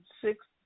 six